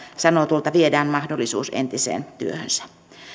irtisanotulta viedään mahdollisuus entiseen työhönsä